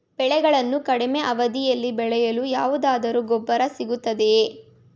ಬೆಳೆಗಳು ಕಡಿಮೆ ಅವಧಿಯಲ್ಲಿ ಬೆಳೆಯಲು ಯಾವುದಾದರು ಗೊಬ್ಬರ ಸಿಗುತ್ತದೆಯೇ?